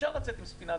אפשר לעשות את זה,